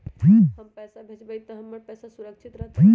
हम पैसा भेजबई तो हमर पैसा सुरक्षित रहतई?